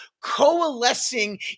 coalescing